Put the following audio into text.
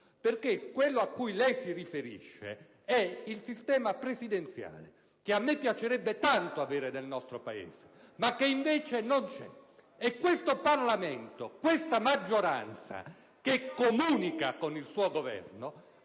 perché quello a cui lei si riferisce è il sistema presidenziale, che a me piacerebbe tanto avere nel nostro Paese, ma che invece non c'è. Questo Parlamento, questa maggioranza che comunica con il suo Governo,